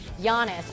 Giannis